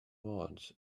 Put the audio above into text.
words